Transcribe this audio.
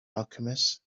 alchemist